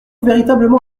véritablement